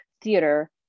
theater